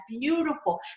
beautiful